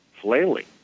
flailing